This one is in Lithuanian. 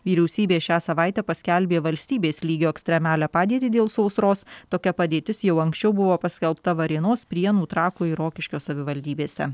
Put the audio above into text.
vyriausybė šią savaitę paskelbė valstybės lygio ekstremalią padėtį dėl sausros tokia padėtis jau anksčiau buvo paskelbta varėnos prienų trakų ir rokiškio savivaldybėse